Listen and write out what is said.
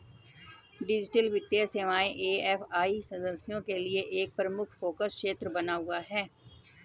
digital वित्तीय सेवाएं AFI सदस्यों के लिए एक प्रमुख फोकस क्षेत्र बना हुआ है